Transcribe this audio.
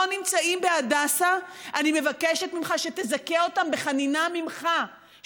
נמצאים בהדסה, אני מבקשת ממך שתזכה אותם בחנינה ממך,